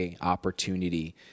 opportunity